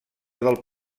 del